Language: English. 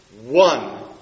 one